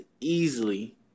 easily